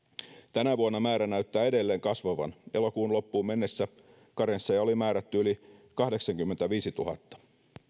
tänä vuonna määrä näyttää edelleen kasvavan elokuun loppuun mennessä karensseja oli määrätty yli kahdeksankymmentäviisituhatta